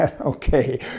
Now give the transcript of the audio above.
Okay